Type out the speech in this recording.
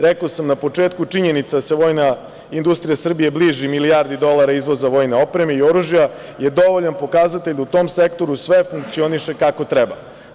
Rekao sam na početku, činjenica da se vojna industrija Srbije bliži milijardi dolara izvoza vojne opreme i oružja je dovoljan pokazatelj da u tom sektoru sve funkcioniše kako treba.